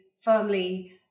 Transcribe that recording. firmly